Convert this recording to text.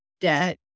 debt